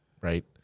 right